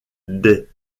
des